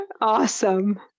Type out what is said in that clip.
awesome